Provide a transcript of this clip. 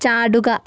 ചാടുക